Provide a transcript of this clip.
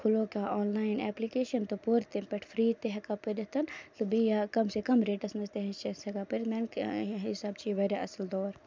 کھُلوو کانٛہہ online application تہٕ پوٚر تمہِ پٮ۪ٹھ فِرٛی تہِ ہٮ۪کَو پٔرِتھ تہٕ بیٚیہِ یا کَم سے کَم ریٹَس منٛز تہِ حظ چھِ أسۍ ہٮ۪کان پٔرِتھ میٛانہِ حِسابہٕ چھِ یہِ واریاہ اَصٕل دور